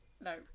no